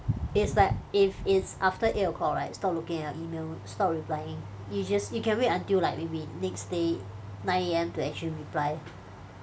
it's like if it's after eight o'clock right stop looking at email stop replying you just you can wait until like maybe next day nine A_M to actually reply